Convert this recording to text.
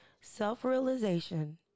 Self-realization